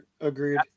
Agreed